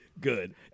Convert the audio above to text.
good